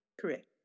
Correct